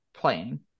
playing